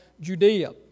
Judea